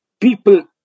people